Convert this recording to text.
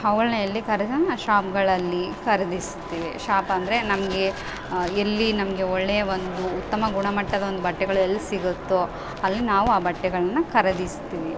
ಅವುಗಳ್ನ ಎಲ್ಲಿ ಶಾಪ್ಗಳಲ್ಲಿ ಖರ್ದಿಸ್ತಿವಿ ಶಾಪಂದರೆ ನಮಗೆ ಎಲ್ಲಿ ನಮಗೆ ಒಳ್ಳೆಯ ಒಂದು ಉತ್ತಮ ಗುಣಮಟ್ಟದ ಒಂದು ಬಟ್ಟೆಗಳು ಎಲ್ಲಿ ಸಿಗುತ್ತೊ ಅಲ್ಲಿ ನಾವು ಆ ಬಟ್ಟೆಗಳನ್ನ ಖರ್ದಿಸ್ತಿವಿ